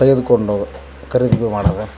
ತೆಗೆದುಕೊಂಡು ಹೋಗ್ ಖರೀದಿ ಮಾಡೋದ